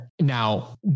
Now